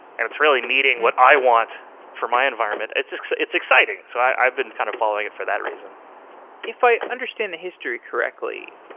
and it's really meeting what i want for my environment. it's it's exciting, so i've been kind of following it for that reason if i understand the history correctly,